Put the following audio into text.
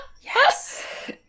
Yes